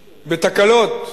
בתקלות.